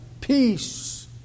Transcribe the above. Peace